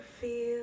feel